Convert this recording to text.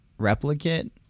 replicate